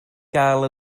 gael